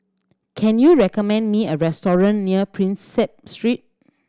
can you recommend me a restaurant near Prinsep Street